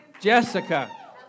Jessica